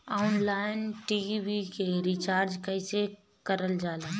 Online TV के recharge कईसे करल जाला?